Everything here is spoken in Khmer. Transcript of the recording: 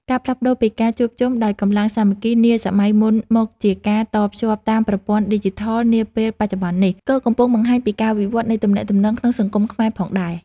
ការផ្លាស់ប្តូរពីការជួបជុំដោយកម្លាំងសាមគ្គីនាសម័យមុនមកជាការតភ្ជាប់តាមប្រព័ន្ធឌីជីថលនាពេលបច្ចុប្បន្ននេះ ក៏កំពុងបង្ហាញពីការវិវត្តនៃទំនាក់ទំនងក្នុងសង្គមខ្មែរផងដែរ។